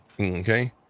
Okay